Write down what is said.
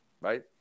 right